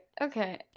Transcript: okay